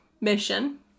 mission